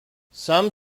some